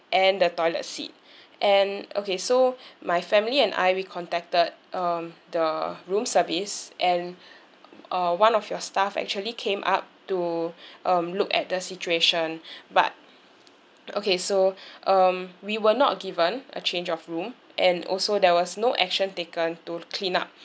and the toilet seat and okay so my family and I we contacted um the room service and uh one of your staff actually came up to um look at the situation but okay so um we were not given a change of room and also there was no action taken to clean up